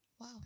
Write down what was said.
Wow